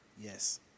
Yes